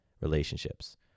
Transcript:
relationships